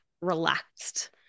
relaxed